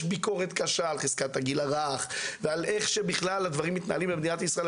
יש ביקורת קשה על חזקת הגיל הרך ועל איך שדברים מתנהלים במדינת ישראל.